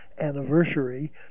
anniversary